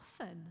often